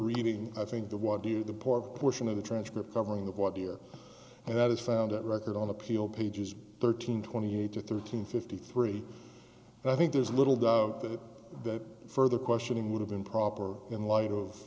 reading i think the what do the poor portion of the transcript covering the what dear and that is found at record on appeal pages thirteen twenty eight to thirteen fifty three and i think there's little doubt that that further questioning would have been proper in light of